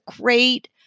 great